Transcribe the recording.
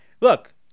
Look-